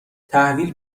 تحویل